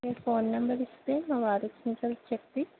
మీ phone number ఇస్తే మా వారికి కొంచెం చెప్పి